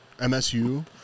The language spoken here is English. MSU